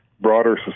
broader